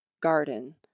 garden